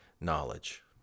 knowledge